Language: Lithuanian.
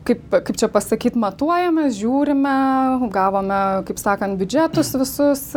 kaip kaip čia pasakyt matuojamės žiūrime gavome kaip sakant biudžetus visus